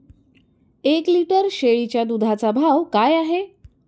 एक लिटर शेळीच्या दुधाचा भाव काय आहे?